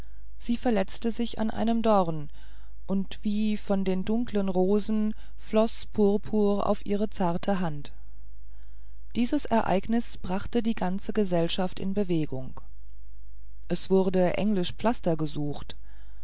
sie verletzte sich an einem dorn und wie von den dunkeln rosen floß purpur auf ihre zarte hand dieses ereignis brachte die ganze gesellschaft in bewegung es wurde englisch pflaster gesucht